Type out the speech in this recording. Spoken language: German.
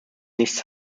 nichts